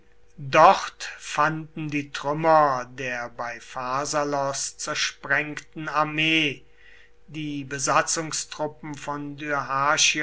dort fanden die trümmer der bei pharsalos zersprengten armee die besatzungstruppen von